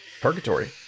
Purgatory